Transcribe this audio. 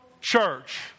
church